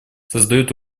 создают